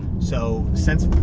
so since